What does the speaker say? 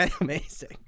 Amazing